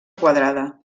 quadrada